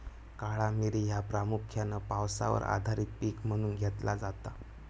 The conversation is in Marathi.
काळा मिरी ह्या प्रामुख्यान पावसावर आधारित पीक म्हणून घेतला जाता